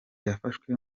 yafashwe